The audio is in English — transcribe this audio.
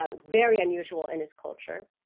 um very unusual in his culture